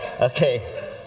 Okay